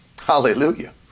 Hallelujah